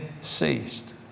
ceased